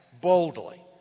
boldly